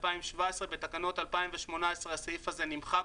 בתקנות 2018 הסעיף הזה נמחק,